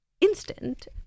instant